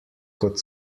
kot